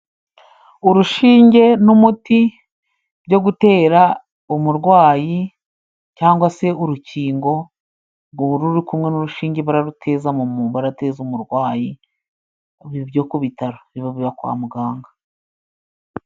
Urushinge n'umuti byo gutera umurwayi cyangwa se urukingo nguru ruri kumwe n'urushinge barateza umurwayi bibyo ku bitaro biba kwa muganga.